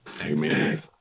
amen